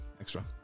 extra